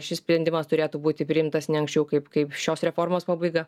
šis sprendimas turėtų būti priimtas ne anksčiau kaip kaip šios reformos pabaiga